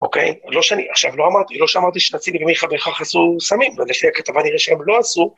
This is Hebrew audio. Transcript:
אוקיי, לא שאני, עכשיו, לא אמרתי, לא שאמרתי שתציגי לי מי בהכרח עשו סמים. אבל לפי הכתבה נראה שהם לא עשו